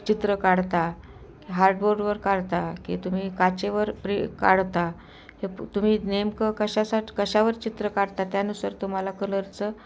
चित्र काढता हार्डबोर्डवर काढता की तुम्ही काचेवर प्रे काढता हे तुम्ही नेमकं कशासाट कशावर चित्र काढता त्यानुसार तुम्हाला कलरचं